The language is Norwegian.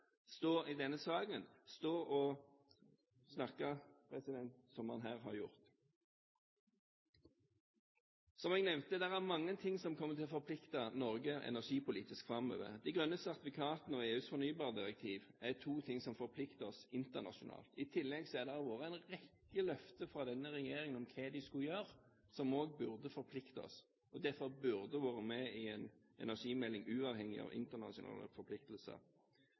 stå og snakke om saken som han her har gjort. Som jeg nevnte: Det er mange ting som kommer til å forplikte Norge energipolitisk framover. De grønne sertifikatene og EUs fornybardirektiv er to ting som forplikter oss internasjonalt. I tillegg har det vært en rekke løfter fra denne regjeringen om hva de skulle gjøre, som også burde forplikte oss, og derfor burde vært med i en energimelding uavhengig av internasjonale forpliktelser.